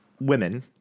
women